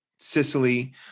Sicily